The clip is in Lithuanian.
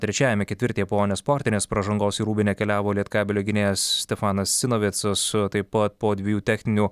trečiajame ketvirtyje po nesportinės pražangos į rūbinę keliavo lietkabelio gynėjas stefanas cinovecas taip pat po dviejų techninių